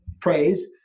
praise